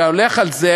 שהולך על זה,